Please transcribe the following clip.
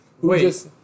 Wait